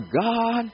God